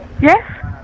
Yes